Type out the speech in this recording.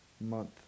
month